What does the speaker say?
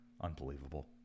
Unbelievable